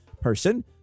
person